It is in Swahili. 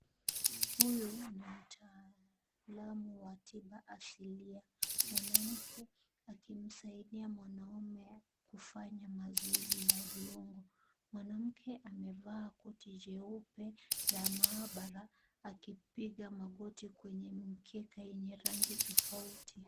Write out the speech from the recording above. Huyu ni mtaalamu wa tiba asilia ,mwanamke akimsaidia mwanaume kufanya mazoeziya viungo. Mwanamke amevaa koti jeupe ya maabara akipiga magoti kwenye mkeka yenye rangi tofauti.